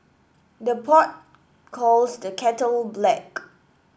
the pot calls the kettle black